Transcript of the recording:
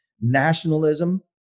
nationalism